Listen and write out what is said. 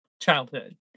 childhood